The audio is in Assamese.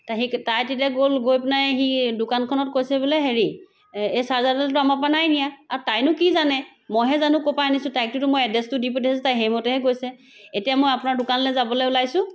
তা সেই তাই তেতিয়া গ'ল গৈ পেনাই সি দোকানখনত কৈছে বোলে হেৰি এ এই চাৰ্জাৰডালটো আমাৰ পৰা নাই নিয়া আৰ তাইনো কি জানে মইহে জানো ক'ৰ পৰা আনিছো তাইকটোতো মই এড্ৰেছটো দি পঠিয়াইছো তাই সেইমতেহে গৈছে এতিয়া মই আপোনাৰ দোকানলৈ যাবলৈ ওলাইছো